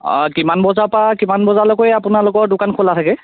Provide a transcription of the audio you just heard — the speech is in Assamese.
কিমান বজাৰ পৰা কিমান বজালৈকে আপোনলওকৰ দোকান খোলা থাকে